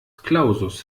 clausus